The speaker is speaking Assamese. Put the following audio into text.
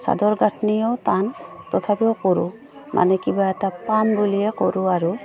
চাদৰ গাঁঠনিও টান তথাপিও কৰোঁ মানে কিবা এটা পাম বুলিয়ে কৰোঁ আৰু